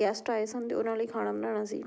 guest ਆਏ ਸਨ ਅਤੇ ਉਹਨਾਂ ਲਈ ਖਾਣਾ ਬਣਾਉਣਾ ਸੀ